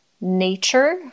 nature